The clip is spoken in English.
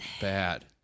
bad